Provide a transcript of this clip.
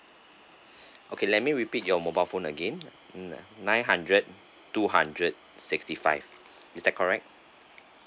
okay let me repeat your mobile phone again nine hundred two hundred sixty five is that correct